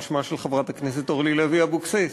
שמה של חברת הכנסת אורלי לוי אבקסיס,